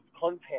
content